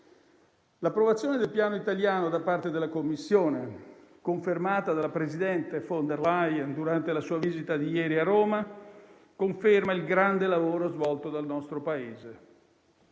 L'approvazione del Piano italiano da parte della Commissione, confermata dalla presidente von der Leyen durante la sua visita di ieri a Roma, attesta il grande lavoro svolto dal nostro Paese.